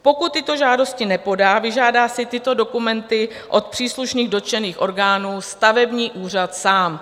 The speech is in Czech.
Pokud tyto žádosti nepodá, vyžádá si dokumenty od příslušných dotčených orgánů stavební úřad sám.